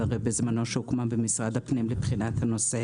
שהוקמה בזמנו במשרד הפנים לבחינת הנושא,